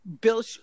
bill